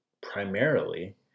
primarily